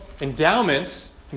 endowments